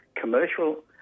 commercial